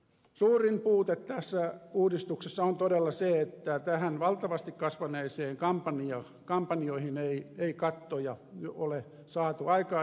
suurin puute tässä uudistuksessa on todella se että näihin valtavasti kasvaneisiin kampanjoihin ei kattoja ole saatu aikaiseksi